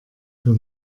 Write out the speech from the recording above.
für